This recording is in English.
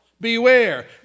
Beware